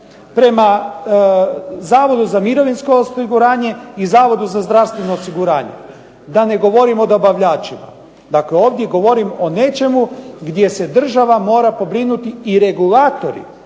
prema Zavodu za mirovinsko osiguranje i Zavodu za zdravstveno osiguranje, da ne govorim o dobavljačima. Dakle ovdje govorim o nečemu gdje se država mora pobrinuti i regulatori